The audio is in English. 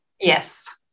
Yes